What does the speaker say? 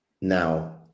Now